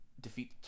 defeat